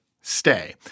stay